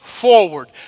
Forward